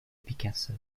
picasso